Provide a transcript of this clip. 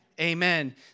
Amen